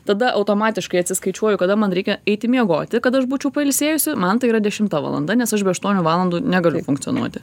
tada automatiškai atsiskaičiuoju kada man reikia eiti miegoti kad aš būčiau pailsėjusi man tai yra dešimta valanda nes aš be aštuonių valandų negaliu funkcionuoti